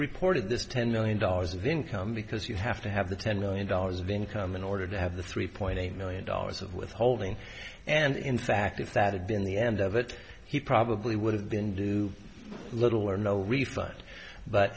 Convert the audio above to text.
reported this ten million dollars of income because you have to have the ten million dollars of income in order to have the three point eight million dollars of withholding and in fact if that had been the end of it he probably would have been do little or no refund but